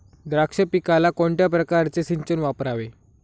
द्राक्ष पिकाला कोणत्या प्रकारचे सिंचन वापरावे?